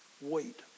wait